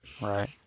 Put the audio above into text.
Right